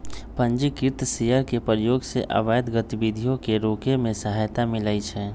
पंजीकृत शेयर के प्रयोग से अवैध गतिविधियों के रोके में सहायता मिलइ छै